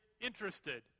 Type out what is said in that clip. interested